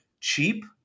cheap